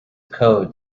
code